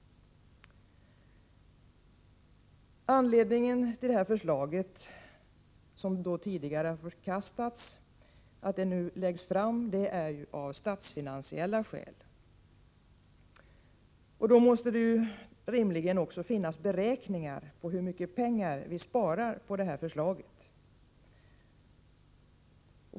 Skälen till att detta förslag, som tidigare har förkastats, nu läggs fram är statsfinansiella. Då måste det rimligen också finnas beräkningar av hur mycket pengar vi sparar på detta förslag.